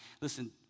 listen